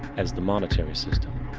as the monetary system.